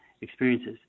experiences